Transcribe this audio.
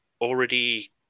already